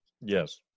Yes